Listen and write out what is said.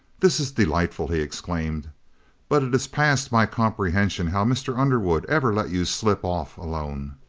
this is delightful! he exclaimed but it is past my comprehension how mr. underwood ever let you slip off alone!